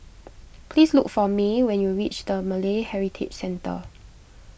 please look for Mai when you reach the Malay Heritage Centre